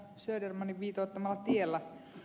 södermanin viitoittamalla tiellä